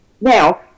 Now